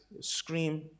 scream